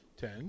ten